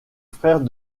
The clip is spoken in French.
frère